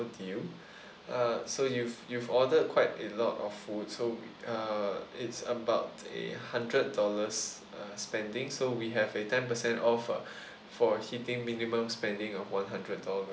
deal uh so you've you've ordered quite a lot of food so we uh it's about a hundred dollars uh spending so we have a ten percent off uh for hitting minimum spending of one hundred dollar